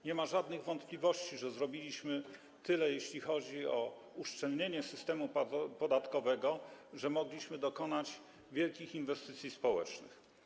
Nie ma żadnych wątpliwości, że zrobiliśmy tyle, jeśli chodzi o uszczelnienie systemu podatkowego, że mogliśmy dokonać wielkich inwestycji społecznych.